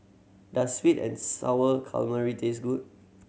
does sweet and Sour Calamari taste good